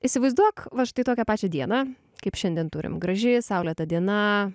įsivaizduok va štai tokia pačią dieną kaip šiandien turim graži saulėta diena